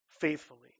faithfully